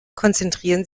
konzentrieren